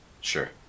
Sure